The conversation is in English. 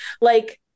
Like-